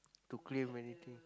to clear many thing